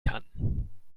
kann